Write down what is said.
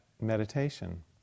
meditation